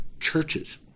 churches